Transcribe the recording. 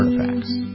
artifacts